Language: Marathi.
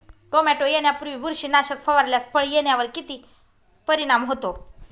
टोमॅटो येण्यापूर्वी बुरशीनाशक फवारल्यास फळ येण्यावर किती परिणाम होतो?